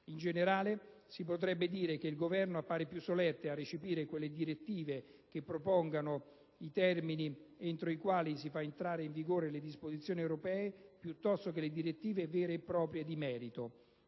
In generale, si potrebbe dire che il Governo appare più solerte a recepire quelle direttive che prorogano i termini entro i quali far entrare in vigore le disposizioni europee piuttosto che le direttive vere e proprie, di merito.